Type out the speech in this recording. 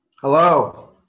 Hello